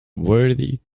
worthy